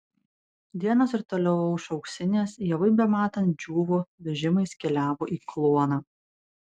dienos ir toliau aušo auksinės javai bematant džiūvo vežimais keliavo į kluoną